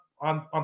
on